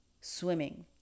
swimming